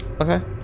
Okay